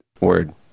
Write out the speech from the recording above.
Word